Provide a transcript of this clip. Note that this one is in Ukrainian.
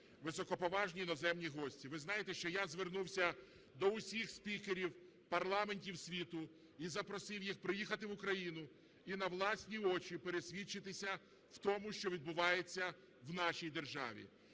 високоповажні іноземці гості. Ви знаєте, що я звернувся до всіх спікерів парламентів світу і запросив їх приїхати в Україну і на власні очі пересвідчитися в тому, що відбувається в нашій державі.